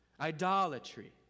idolatry